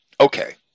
Okay